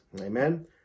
Amen